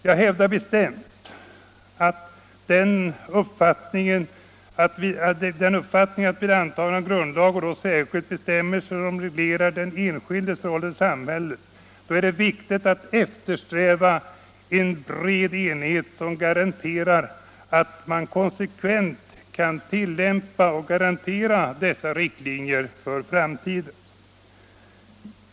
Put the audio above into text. Jag hävdar bestämt den uppfattningen att vid antagande av grundlag — och särskilt då de bestämmelser som reglerar den enskildes förhållande till samhället — är det viktigt att eftersträva en bred enighet som garanterar att man konsekvent kan tillämpa dessa riktlinjer för framtiden.